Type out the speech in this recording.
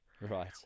Right